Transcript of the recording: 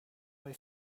way